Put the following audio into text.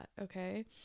okay